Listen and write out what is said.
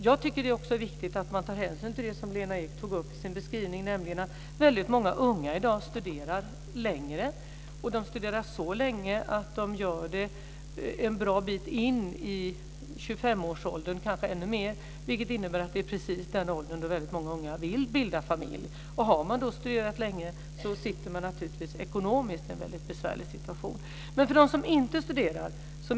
Jag tycker också att det är viktigt att man tar hänsyn till det som Lena Ek tog upp i sin beskrivning, att många unga i dag studerar längre, kanske fram till 25 års ålder eller ännu längre. Det är precis i den åldern som många unga vill bilda familj. Har man då studerat länge befinner man sig i en besvärlig ekonomisk situation.